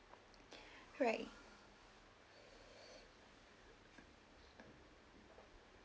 right